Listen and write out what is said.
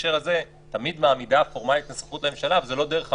בהקשר הזה תמיד מעמידה פורמלית את הסמכות לממשלה אבל זו לא דרך המלך.